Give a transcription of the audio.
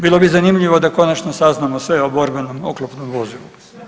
Bilo bi zanimljivo da konačno saznamo sve o borbenom oklopnom vozilu.